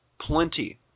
plenty